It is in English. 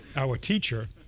our teacher